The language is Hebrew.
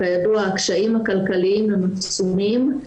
כידוע, הקשיים הכלכליים הם עצומים.